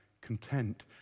content